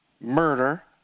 murder